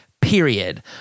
period